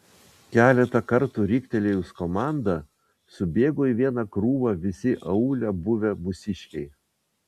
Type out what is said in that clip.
keletą kartų riktelėjus komandą subėgo į vieną krūvą visi aūle buvę mūsiškiai